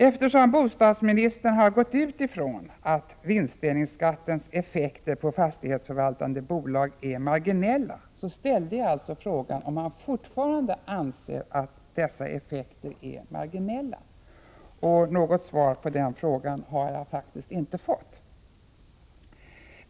Eftersom bostadsministern har utgått ifrån att vinstdelningsskattens effekter på fastighetsförvaltande bolag är marginella ställde jag frågan om han fortfarande anser att dessa effekter är marginella. Något svar på den frågan har jag faktiskt inte fått.